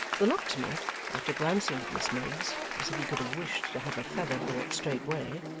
the locksmith, after glancing at miss miggs as if he could have wished to have a feather brought straightway,